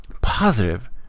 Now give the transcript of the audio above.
positive